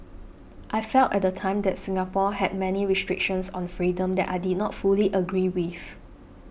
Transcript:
I felt at the time that Singapore had many restrictions on freedom that I did not fully agree with